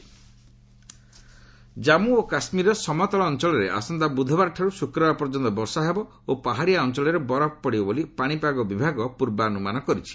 weather Kashmir Jammu ଓ କାଶ୍କୀରର ସମତଳ ଅଞ୍ଚଳରେ ଆସନ୍ତା ବୁଧବାରଠାରୁ ଶୁକ୍ରବାର ପର୍ଯ୍ୟନ୍ତ ବର୍ଷା ହେବ ଓ ପାହାଡ଼ିଆ ଅଞ୍ଚଳରେ ବରଫ ପଡ଼ିବ ବୋଲି ପାଣିପାଗ ବିଭାଗ ପୂର୍ବାନୁମାନ କରିଛି